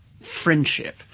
friendship